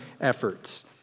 efforts